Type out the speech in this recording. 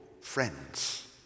friends